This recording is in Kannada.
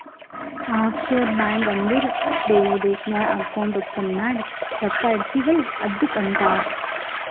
ಆಫ್ ಶೋರ್ ಬ್ಯಾಂಕ್ ಅಂದುರ್ ಬೇರೆ ದೇಶ್ನಾಗ್ ಅಕೌಂಟ್ ಓಪನ್ ಮಾಡಿ ರೊಕ್ಕಾ ಇಡ್ತಿವ್ ಅಲ್ಲ ಅದ್ದುಕ್ ಅಂತಾರ್